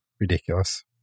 ridiculous